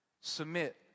Submit